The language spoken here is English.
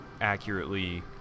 accurately